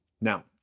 Now